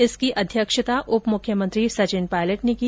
इसकी अध्यक्षता उप मुख्यमंत्री सचिन पायलट ने की